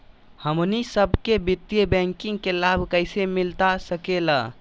हमनी सबके वित्तीय बैंकिंग के लाभ कैसे मिलता सके ला?